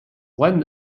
lin